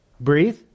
Breathe